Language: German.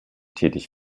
tätig